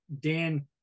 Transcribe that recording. Dan